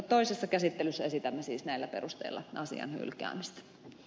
toisessa käsittelyssä esitämme siis näillä perusteilla asian hylkäämistä